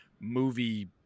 movie